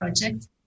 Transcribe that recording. project